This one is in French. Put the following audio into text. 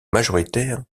majoritaires